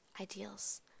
Ideals